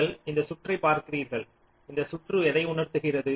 நீங்கள் இந்த சுற்றை பார்க்கிறீர்கள் இந்தச்சுற்று எதை உணர்த்துகிறது